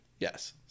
Yes